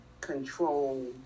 control